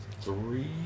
three